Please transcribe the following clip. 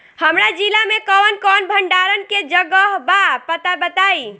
हमरा जिला मे कवन कवन भंडारन के जगहबा पता बताईं?